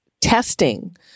testing